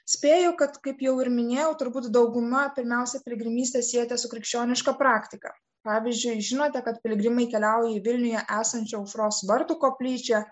spėju kad kaip jau ir minėjau turbūt dauguma pirmiausia piligrimystę siejate su krikščioniška praktika pavyzdžiui žinote kad piligrimai keliauja į vilniuje esančią aušros vartų koplyčią